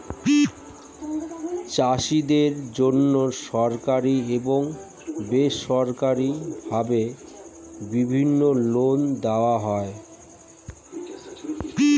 চাষীদের জন্যে সরকারি এবং বেসরকারি ভাবে বিভিন্ন লোন দেওয়া হয়